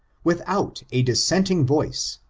mrithout a dissenting voice,